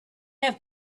have